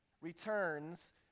returns